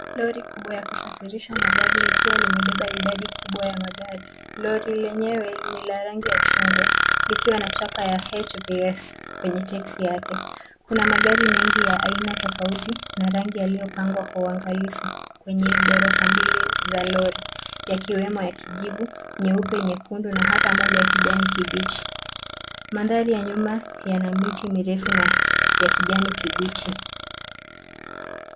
Lori kubwa la kusafirisha magari likiwa limebeba idadi kubwa ya magari. Lori lenyewe ni la rangi ya chungwa likiwa na chapa ya HVS kwenye teksi yake. Kuna aina mengi ya gari tofauti na rangi yaliyopangwa kwa uangalifu kwenye ghorofa mbili za lori yakiwemo ya kijivu, nyeupe, nyekundu na hata moja kijani kibichi. Mandhari ya nyuma yana miti mirefu na ya kijani kibichi.